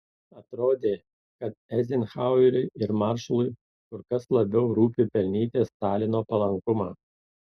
atrodė kad eizenhaueriui ir maršalui kur kas labiau rūpi pelnyti stalino palankumą